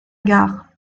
gare